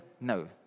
No